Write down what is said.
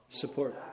Support